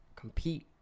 compete